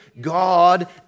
God